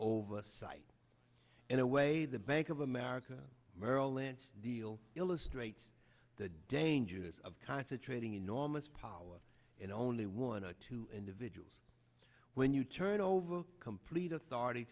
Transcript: oversight in a way the bank of america merrill lynch deal illustrates the dangers of concentrating enormous power in only one or two individuals when you turn over complete